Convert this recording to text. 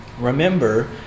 remember